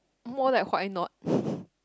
more than Huai not